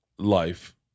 life